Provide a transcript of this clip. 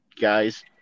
guys